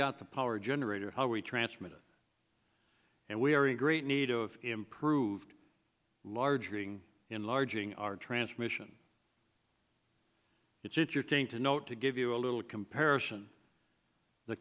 got the power generator how we transmitted and we are in great need of improved large ring enlarging our transmission it's interesting to note to give you a little comparison the